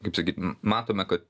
kaip sakyt m matome kad